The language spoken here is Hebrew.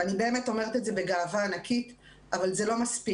ואני באמת אומרת את זה בגאווה ענקית אבל זה לא מספיק.